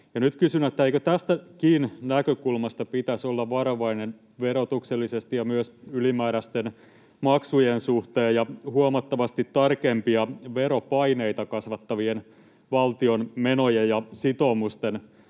syitä. Kysyn: eikö tästäkin näkökulmasta pitäisi olla varovainen verotuksellisesti ja myös ylimääräisten maksujen suhteen ja huomattavasti tarkempi veropaineita kasvattavien valtion menojen ja sitoumusten